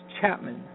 Chapman